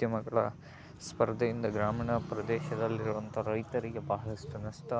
ಉದ್ಯಮಗಳ ಸ್ಪರ್ಧೆಯಿಂದ ಗ್ರಾಮೀಣ ಪ್ರದೇಶದಲ್ಲಿರುವಂಥ ರೈತರಿಗೆ ಬಹಳಷ್ಟು ನಷ್ಟ